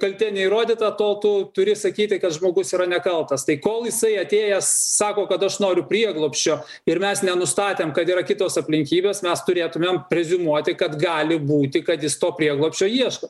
kaltė neįrodyta to tu turi sakyti kad žmogus yra nekaltas tai kol jisai atėjęs sako kad aš noriu prieglobsčio ir mes nenustatėm kad yra kitos aplinkybės mes turėtumėm preziumuoti kad gali būti kad jis to prieglobsčio ieško